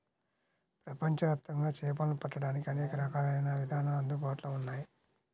ప్రపంచవ్యాప్తంగా చేపలను పట్టడానికి అనేక రకాలైన విధానాలు అందుబాటులో ఉన్నాయి